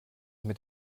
mit